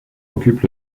occupe